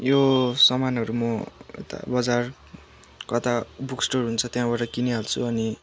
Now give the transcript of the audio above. यो सामानहरू म यता बजार कता बुक स्टोर हुन्छ त्यहाँबाट किनिहाल्छु अनि